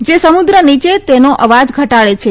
જે સમુદ્ર નીચે તેનો અવાજ ઘટાડે છે